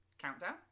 countdown